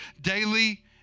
daily